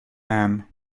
man